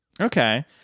Okay